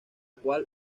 cual